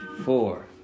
four